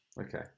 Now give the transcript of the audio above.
Okay